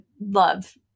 love